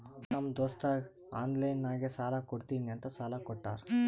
ನಮ್ ದೋಸ್ತಗ ಆನ್ಲೈನ್ ನಾಗೆ ಸಾಲಾ ಕೊಡ್ತೀನಿ ಅಂತ ಸಾಲಾ ಕೋಟ್ಟಾರ್